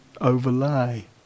overlay